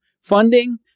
funding